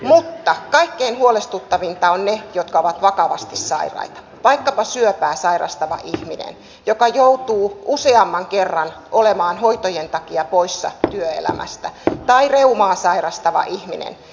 mutta kaikkein huolestuttavinta on ne jotka ovat vakavasti sairaita vaikkapa syöpää sairastava ihminen joka joutuu useamman kerran olemaan hoitojen takia poissa työelämästä tai reumaa sairastava ihminen